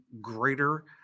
greater